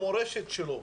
המורשת שלו.